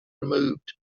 removed